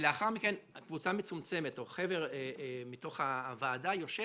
לאחר מכן קבוצה מצומצמת או חבר מתוך הוועדה יושב